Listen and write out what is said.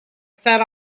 sat